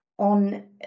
On